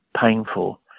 painful